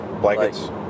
Blankets